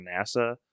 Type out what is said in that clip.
NASA